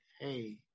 Hey